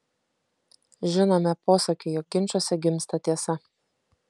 žinome posakį jog ginčuose gimsta tiesa